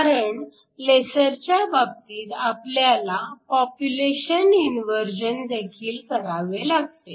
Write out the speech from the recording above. कारण लेसरच्या बाबतीत आपल्याला पॉप्युलेशन इन्व्हर्जन देखील करावे लागते